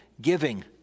giving